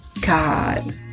god